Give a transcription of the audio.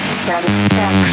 satisfaction